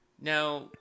Now